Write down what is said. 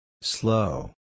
Slow